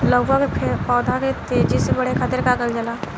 लउका के पौधा के तेजी से बढ़े खातीर का कइल जाला?